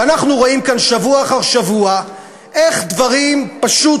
ואנחנו רואים כאן שבוע אחר שבוע איך דברים פשוט